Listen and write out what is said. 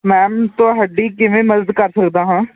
ma'am ਤੁਹਾਡੀ ਕਿਵੇਂ ਮਦਦ ਕਰ ਸਕਦਾ ਹਾਂ